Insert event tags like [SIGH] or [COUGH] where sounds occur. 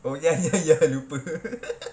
oh ya ya lupa [LAUGHS]